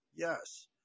Yes